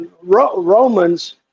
Roman's